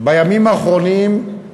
בימים האחרונים,